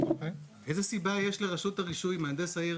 בסדר, אבל אם תבואו ביחד כקבוצה, במכה אחת,